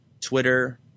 Twitter